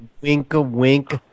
wink-a-wink